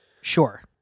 Sure